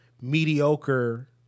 mediocre